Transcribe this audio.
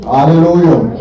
Hallelujah